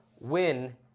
win